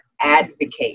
advocate